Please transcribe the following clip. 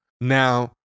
now